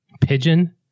Pigeon